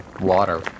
water